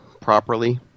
properly